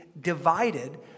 divided